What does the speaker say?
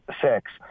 six